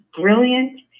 brilliant